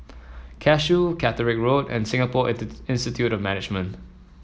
Cashew Catterick Road and Singapore Institute of Management